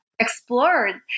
explored